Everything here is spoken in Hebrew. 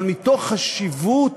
אבל מתוך חשיבות